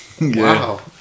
Wow